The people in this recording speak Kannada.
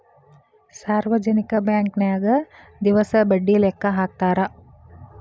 ಸಾರ್ವಜನಿಕ ಬಾಂಕನ್ಯಾಗ ದಿವಸ ಬಡ್ಡಿ ಲೆಕ್ಕಾ ಹಾಕ್ತಾರಾ